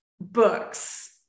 books